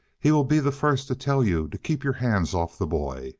he will be the first to tell you to keep your hands off the boy